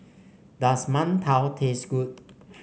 does mantou taste good